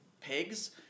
pigs